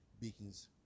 beacons